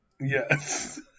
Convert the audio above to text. Yes